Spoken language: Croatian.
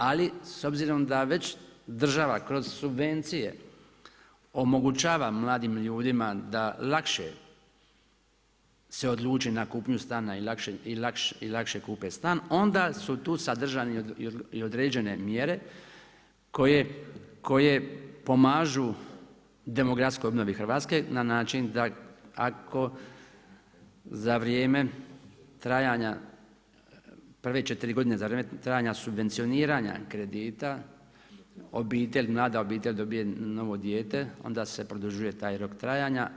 Ali s obzirom da već država kroz subvencije omogućava mladim ljudima da lakše se odluče na kupnju stana i lakše kupe stan onda su tu sadržane i određene mjere koje pomažu demografskoj obnovi Hrvatske na način da ako za vrijeme trajanja prve četiri godine, za vrijeme trajanja subvencioniranja kredita obitelj, mlada obitelj dobije novo dijete onda se produžuje taj rok trajanja.